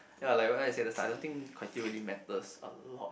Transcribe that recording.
ya like what I said I don't think criteria really matters a lot